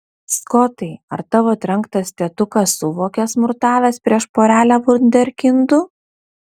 skotai ar tavo trenktas tėtukas suvokė smurtavęs prieš porelę vunderkindų